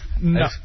No